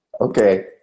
Okay